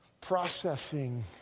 processing